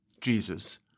Jesus